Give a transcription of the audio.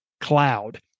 cloud